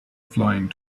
flying